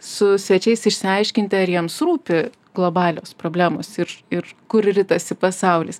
su svečiais išsiaiškint ar jiems rūpi globalios problemos ir ir kur ritasi pasaulis